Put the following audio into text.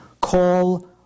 call